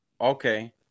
Okay